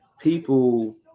people